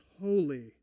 holy